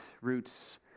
roots